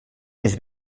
més